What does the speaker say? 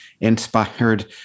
inspired